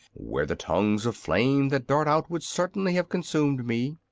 where the tongues of flame that dart out would certainly have consumed me.